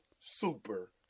super